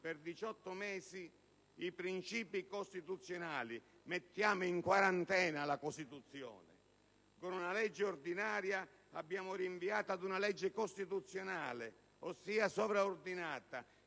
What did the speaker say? per 18 mesi i principi costituzionali e mettiamo in quarantena la Costituzione: con una legge ordinaria abbiamo rinviato ad una costituzionale, ossia sovraordinata,